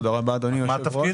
תודה רבה אדוני היושב-ראש.